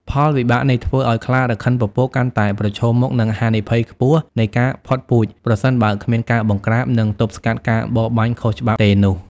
ផលវិបាកនេះធ្វើឲ្យខ្លារខិនពពកកាន់តែប្រឈមមុខនឹងហានិភ័យខ្ពស់នៃការផុតពូជ ប្រសិនបើគ្មានការបង្ក្រាប និងទប់ស្កាត់ការបរបាញ់ខុសច្បាប់ទេនោះ។